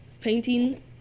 painting